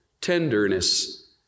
tenderness